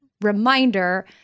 reminder